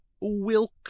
Wilk